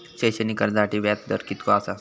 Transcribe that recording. शैक्षणिक कर्जासाठीचो व्याज दर कितक्या आसा?